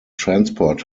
transport